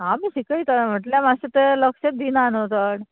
हांव बी शिकयतां म्हटल्यार मात्शें तें लक्ष दिना न्हू चड